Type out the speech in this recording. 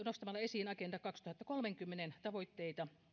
nostamalla esiin agenda kaksituhattakolmekymmentän tavoitteita